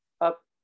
up